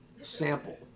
sample